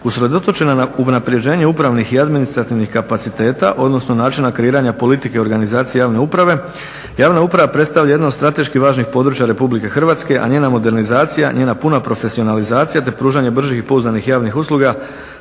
usredotočena na unapređenje upravnih i administrativnih kapaciteta odnosno načina kreiranja politike organizacije javne uprave. Javna uprava predstavlja jedno od strateških važnih područja RH, a njena modernizacija, njena puna profesionalizacija te pružanje bržih i pouzdanih javnih usluga